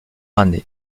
année